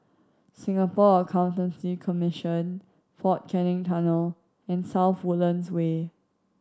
Singapore Accountancy Commission Fort Canning Tunnel and South Woodlands Way